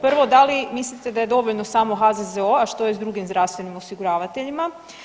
Prvo, da li mislite da je dovoljno samo HZZO, a što je s drugim zdravstvenim osiguravateljima?